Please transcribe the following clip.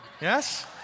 Yes